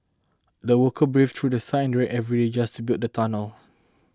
the workers braved through The Sun and rain every day just to build the tunnel